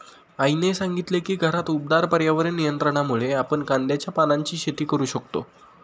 आईने सांगितले की घरात उबदार पर्यावरण नियंत्रणामुळे आपण कांद्याच्या पानांची शेती करू शकतो